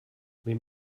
wem